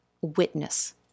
witness